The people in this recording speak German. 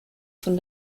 von